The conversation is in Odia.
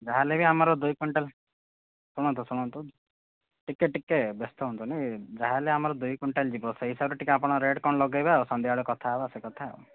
ଯାହା ହେଲେବି ଆମର ଦୁଇ କୁଇଣ୍ଟାଲ ଶୁଣନ୍ତୁ ଶୁଣନ୍ତୁ ଟିକିଏ ଟିକିଏ ବ୍ୟସ୍ତ ହୁଅନ୍ତୁନି ଯାହା ହେଲେ ଆମର ଦୁଇ କୁଇଣ୍ଟାଲ ଯିବ ସେହି ହିସାବରେ ଟିକିଏ ଆପଣ ରେଟ୍ କ'ଣ ଲଗାଇବେ ଆଉ ସନ୍ଧ୍ୟାବେଳେ କଥାହେବା ସେକଥା ଆଉ